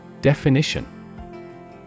Definition